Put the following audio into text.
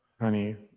honey